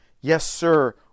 yes-sir